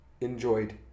enjoyed